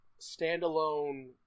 standalone